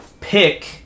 pick